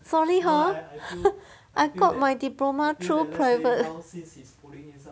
sorry hor I got my diploma through private